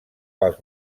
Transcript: pels